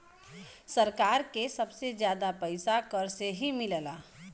सरकार के सबसे जादा पइसा कर से ही मिलला